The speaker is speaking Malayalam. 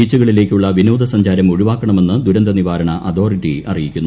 ബീച്ചുകളിലേക്കുള്ള വിനോദ സഞ്ചാരം ഒഴിവാക്കണമെന്ന് ദുരന്ത നിവാരണ അതോറിറ്റി അറിയിക്കുന്നു